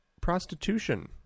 prostitution